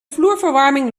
vloerverwarming